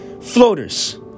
Floaters